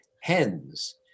hens